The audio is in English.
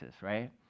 right